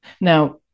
Now